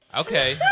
Okay